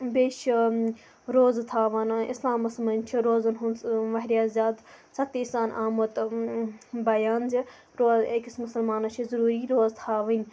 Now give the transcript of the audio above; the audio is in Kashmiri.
بیٚیہِ چھِ روزٕ تھاوان اِسلامَس مَنٛز چھِ روزن ہنٛز واریاہ زیادٕ سختی سان آمُت بیان زِ رو أکِس مسلمانَس چھِ ضروری روزٕ تھاوٕنۍ